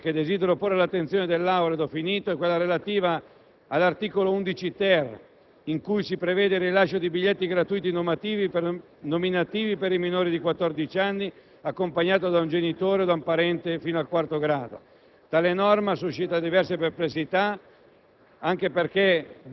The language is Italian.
Un'ultima norma che desidero porre all'attenzione dell'Aula è quella relativa all'articolo 11-*ter*, in cui si prevede il rilascio di biglietti gratuiti nominativi per i minori di quattordici anni, accompagnati da un genitore o da un parente fino al quarto grado. Tale norma suscita diverse perplessità,